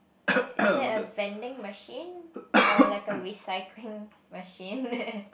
is that a vending machine or like a recycling machine